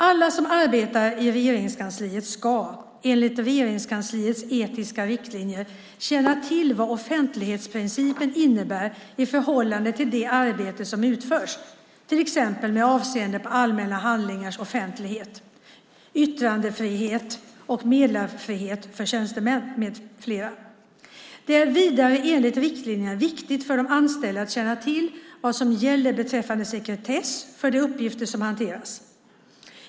Alla som arbetar i Regeringskansliet ska, enligt Regeringskansliets etiska riktlinjer, känna till vad offentlighetsprincipen innebär i förhållande till det arbete som utförs, till exempel med avseende på allmänna handlingars offentlighet , yttrandefrihet och meddelarfrihet för tjänstemän med flera . Det är vidare, enligt riktlinjerna, viktigt för de anställda att känna till vad som gäller beträffande sekretess för de uppgifter som hanteras.